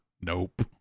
Nope